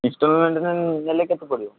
ଇନଷ୍ଟଲମେଣ୍ଟରେ ନେଲେ କେତେ ପଡ଼ିବ